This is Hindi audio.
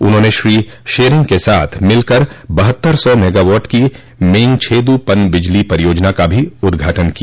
उन्होंने श्रो त्शेरिंग के साथ मिलकर बहत्तर सौ मेगावाट की मेंगदेछू पन बिजली परियोजना का भी उदघाटन किया